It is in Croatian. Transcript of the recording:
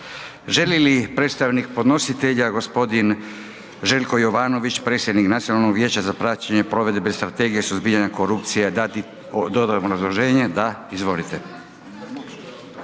želi li predstavnik podnositelja, g. Željko Jovanović, predsjednik Nacionalnog vijeća za praćenje provedbe Strategije suzbijanja korupcije dati dodatno